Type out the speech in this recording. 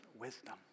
wisdom